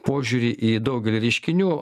požiūrį į daugelį reiškinių